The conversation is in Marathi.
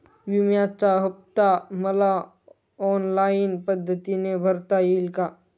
विम्याचा हफ्ता मला ऑनलाईन पद्धतीने भरता येईल का?